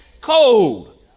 cold